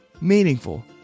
meaningful